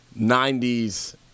90s